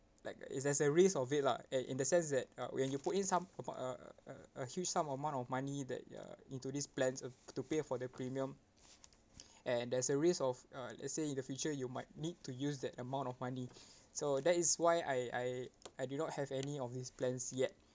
like there's a risk of it lah and in the sense that uh when you put in some amo~ uh a a huge some amount of money that uh into these plans uh to pay for their premium and there's a risk of uh let's say in the future you might need to use that amount of money so that is why I I I do not have any of this plans yet